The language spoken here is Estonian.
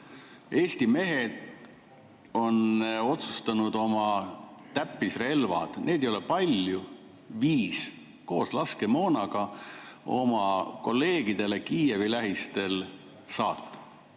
Eesti mehed on otsustanud oma täppisrelvad – neid ei ole palju, viis koos laskemoonaga – oma kolleegidele Kiievi lähistele saata.